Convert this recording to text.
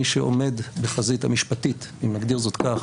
מי שעומד בחזית המשפטית אם נגדיר זאת כך